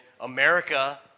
America